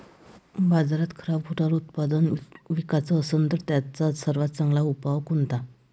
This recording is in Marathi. बाजारात खराब होनारं उत्पादन विकाच असन तर त्याचा सर्वात चांगला उपाव कोनता?